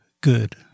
good